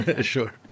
Sure